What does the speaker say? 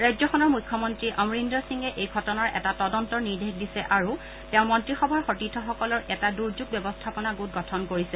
ৰাজ্যখনৰ মুখ্যমন্ত্ৰী অমৰিন্দৰ সিঙে এই ঘটনাৰ এটা তদন্তৰ নিৰ্দেশ দিছে আৰু তেওঁৰ মন্ত্ৰীসভাৰ সতীৰ্থসকলৰ এটা দুৰ্যোগ ব্যৱস্থাপনা গোট গঠন কৰিছে